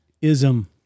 Ism